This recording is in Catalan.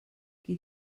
qui